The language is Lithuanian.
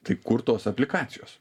tai kur tos aplikacijos